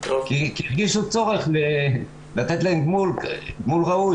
כי הרגישו צורך לתת להן גמול ראוי.